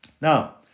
Now